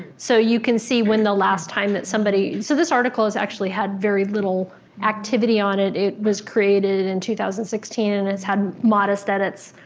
so you can see when the last time that somebody, so this article has actually had very little activity on it. it was created in two thousand and sixteen and it's had modest edits,